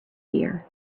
year